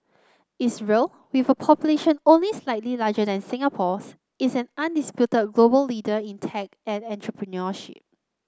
Israel with a population only slightly larger than Singapore's is an undisputed global leader in tech and entrepreneurship